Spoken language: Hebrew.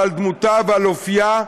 על דמותה ועל אופייה,